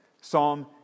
Psalm